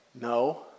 No